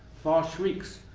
far shrieks,